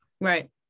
right